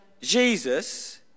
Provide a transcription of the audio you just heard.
Jesus